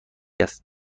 است